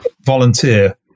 volunteer